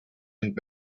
and